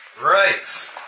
Right